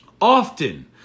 Often